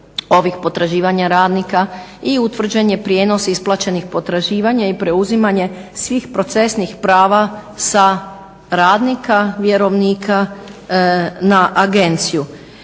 potraživanja radnika i utvrđen je prijenos isplaćenih potraživanja i preuzimanje svih procesnih prava sa radnika, vjerovnika na agenciju.